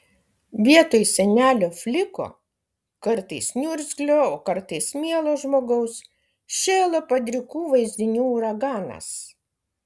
vietoj senelio fliko kartais niurgzlio o kartais mielo žmogaus šėlo padrikų vaizdinių uraganas